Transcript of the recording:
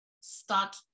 start